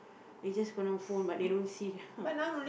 they just got no phone but they don't see ya